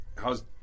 How's